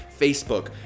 Facebook